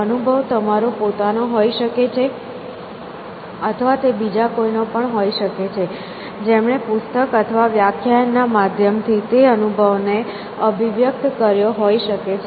અનુભવ તમારો પોતાનો હોઈ શકે છે અથવા તે બીજા કોઈ નો પણ હોઈ શકે છે જેમણે પુસ્તક અથવા વ્યાખ્યાયન ના માધ્યમ થી તે અનુભવ ને અભિવ્યક્ત કર્યો હોઈ શકે છે